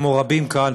כמו רבים כאן,